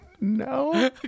No